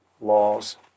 laws